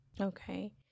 Okay